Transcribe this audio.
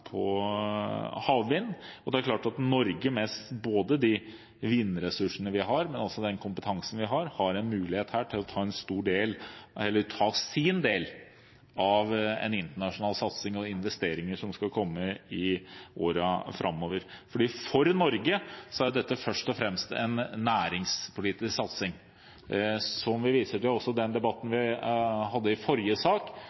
havvind, og det er klart at Norge, både med de vindressursene vi har, og med den kompetansen vi har, her har en mulighet til å ta sin del av en internasjonal satsing og investeringer som skal komme i årene framover. For Norge er dette først og fremst en næringspolitisk satsing. Som vi viste til i den debatten vi hadde i forrige sak,